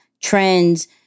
trends